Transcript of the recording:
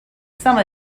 some